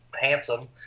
handsome